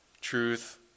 Truth